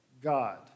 God